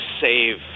save